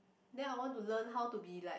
then I want to learn how to be like